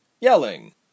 yelling